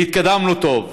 והתקדמנו טוב.